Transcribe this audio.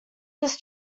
this